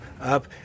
up